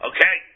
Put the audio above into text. Okay